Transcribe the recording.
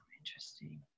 interesting